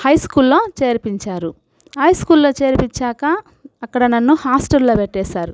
high స్కూల్లో చేర్పించారు high స్కూల్లో చేర్పించాక అక్కడ నన్ను హాస్టల్లో పెట్టేసారు